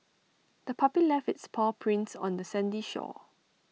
the puppy left its paw prints on the sandy shore